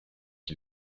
qui